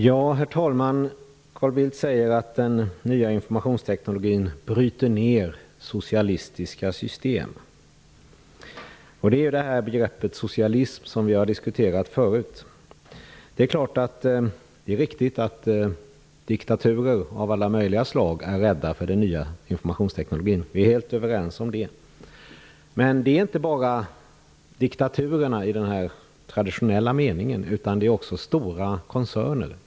Herr talman! Carl Bildt säger att den nya informationsteknologin bryter ned socialistiska system. Vi har diskuterat begreppet socialism förut. Det är riktigt att diktaturer av alla möjliga slag är rädda för den nya informationsteknologin. Vi är helt överens om det. Men det gäller inte bara diktaturer i den traditionella meningen, utan det gäller också stora koncerner.